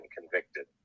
convicted